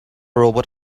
robot